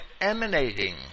emanating